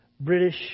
British